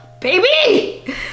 Baby